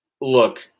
Look